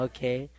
Okay